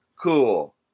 Cool